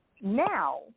now